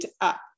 up